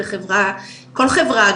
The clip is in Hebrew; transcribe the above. כל חברה,